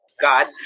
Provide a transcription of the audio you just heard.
God